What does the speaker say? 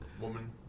Woman